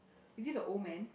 is it the old man